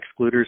excluders